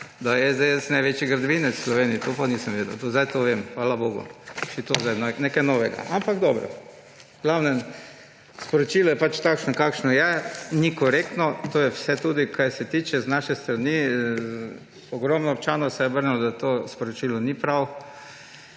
da je SDS največji gradbinec v Sloveniji. Tega pa nisem vedel. Zdaj to vem, hvala bogu. Še to vem zdaj, nekaj novega. Ampak dobro. V glavnem, sporočilo je pač takšno, kakršno je. Ni korektno. To je tudi vse, kar se tiče z naše strani. Ogromno občanov se je obrnilo na nas, da to sporočilo ni pravilno.